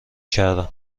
کردم